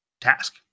task